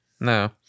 No